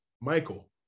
Michael